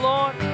Lord